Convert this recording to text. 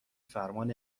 فرمان